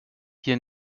hier